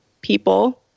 people